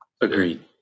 Agreed